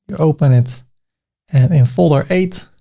open it and in folder eight,